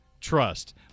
trust